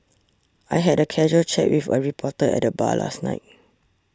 I had a casual chat with a reporter at the bar last night